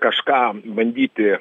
kažką bandyti